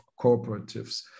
cooperatives